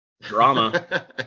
Drama